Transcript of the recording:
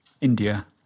India